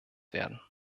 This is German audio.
werden